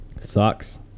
Sucks